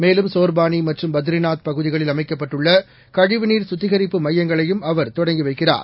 மேலும் சோர்பானி மற்றும் பத்ரிநாத் பகுதிகளில் அமைக்கப்பட்டுள்ள கழிவுநீர் சுத்திகரிப்பு மையங்களையும் அவர் தொடங்கை வைக்கிறார்